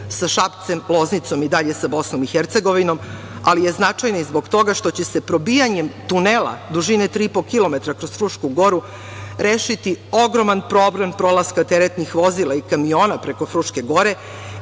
sa Šapcem, Loznicom i dalje sa Bosnom i Hercegovinom, ali je značajna i zbog toga što će se probijanjem tunela dužine 3,5 kilometra kroz Frušku Goru rešiti ogroman problem prolaska teretnih vozila i kamiona preko Fruške Gore